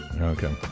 Okay